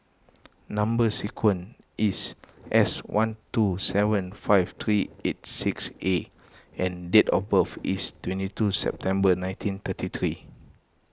Number Sequence is S one two seven five three eights six A and date of birth is twenty two September nineteen thirty three